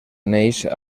neix